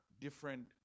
different